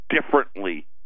differently